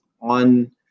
on